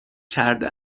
کرده